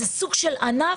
זה סוג של ענף,